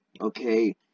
okay